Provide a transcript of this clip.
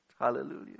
Hallelujah